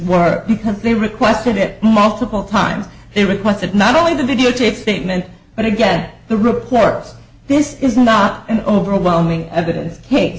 were because they requested it multiple times they requested not only the videotaped statement but again the reporters this is not an overwhelming evidence